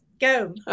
go